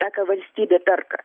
tą ką valstybė perka